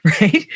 right